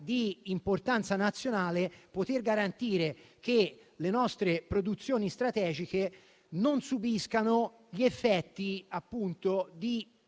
di importanza nazionale poter garantire che le nostre produzioni strategiche non subiscano gli effetti di nuovi